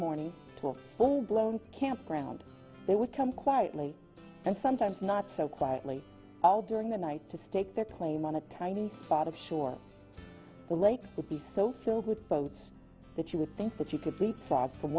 morning to a blown campground they would come quietly and sometimes not so quietly all during the night to stake their claim on a tiny spot of sure the lakes would be so filled with boats that you would think that you could be taught from